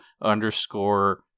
underscore